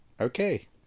Okay